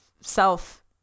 self